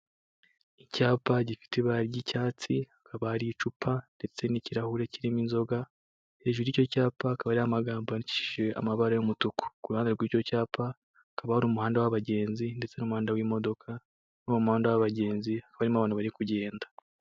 Icyapa gifite ibara ry'icyatsi kikaba hari icupa ndetse n'kirahure kirimo inzoga, hejuru y'icyo cyapa hakaba amagagambo bandikishije amabara y'umutuku. Kuruhande rw'icyo cyapa hakaba ari umuhanda w'abagenzi ndetse n'umuhanda w'imodoka n' umuhanda w'abagenzi harimo abantu bari kugenda.